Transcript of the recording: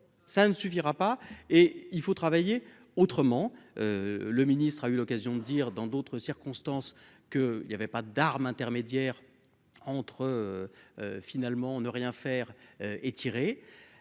ça ne suffira pas et il faut travailler autrement, le ministre a eu l'occasion de dire dans d'autres circonstances que il y avait pas d'armes intermédiaire entre finalement ne rien faire et tiré,